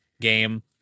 game